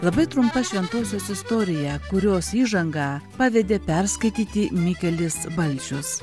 labai trumpa šventosios istorija kurios įžangą pavedė perskaityti mikelis balčius